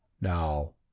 now